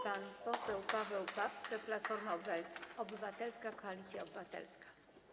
Pan poseł Paweł Papke, Platforma Obywatelska - Koalicja Obywatelska.